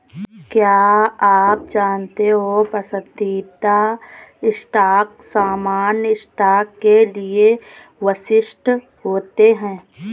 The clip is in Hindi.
क्या आप जानते हो पसंदीदा स्टॉक सामान्य स्टॉक के लिए वरिष्ठ होते हैं?